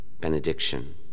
benediction